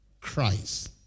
Christ